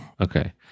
Okay